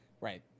right